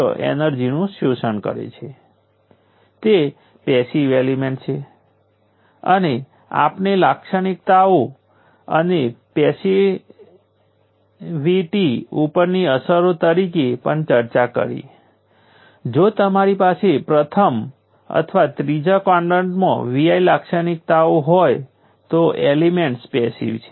તેથી સૌ પ્રથમ V1 8 વોલ્ટ છે કારણ કે તે વોલ્ટેજ સોર્સના વોલ્ટેજ જેટલો જ છે અને I1 આ રીતે વ્યાખ્યાયિત થયેલ છે પરંતુ સર્કિટમાં 5 મિલીએમ્પ કરંટ ઘડિયાળના કાંટાની દિશામાં વહી રહ્યો છે